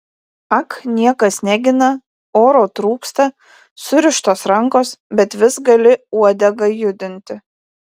ak niekas negina oro trūksta surištos rankos bet vis gali uodegą judinti